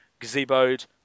gazeboed